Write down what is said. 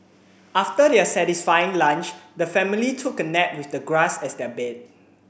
after their satisfying lunch the family took a nap with the grass as their bed